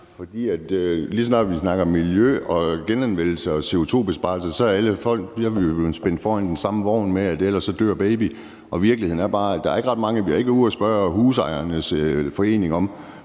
Fordi lige så snart vi snakker miljø og genanvendelse og CO2-besparelser, får vi jo at vide, at ellers dør baby. Og virkeligheden er bare, at vi ikke har været ude at spørge husejernes forening om,